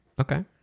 okay